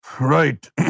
Right